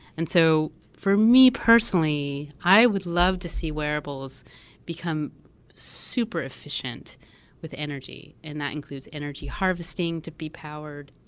and so for me, personally, i would love to see wearables become super efficient with energy, and that includes energy harvesting to be powered.